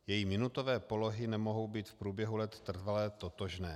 Její minutové polohy nemohou být v průběhu let trvale totožné.